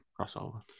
crossover